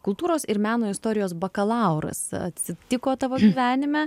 kultūros ir meno istorijos bakalauras atsitiko tavo gyvenime